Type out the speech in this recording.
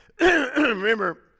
Remember